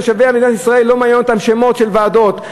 תושבי מדינת ישראל לא מעניין אותם שמות של ועדות,